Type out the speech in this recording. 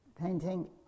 painting